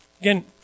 again